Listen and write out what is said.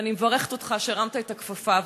ואני מברכת אותך שהרמת את הכפפה.